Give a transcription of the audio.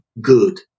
good